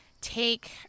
take